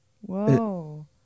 whoa